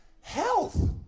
health